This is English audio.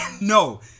no